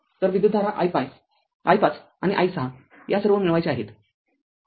तर या विद्युतधारा i५ आणि i६ या सर्व मिळवायच्या आहेत